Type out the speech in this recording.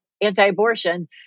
anti-abortion